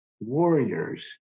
warriors